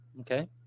Okay